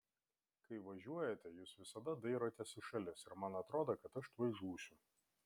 kai važiuojate jūs visada dairotės į šalis ir man atrodo kad aš tuoj žūsiu